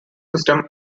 system